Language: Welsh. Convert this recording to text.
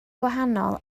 gwahanol